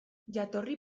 jatorri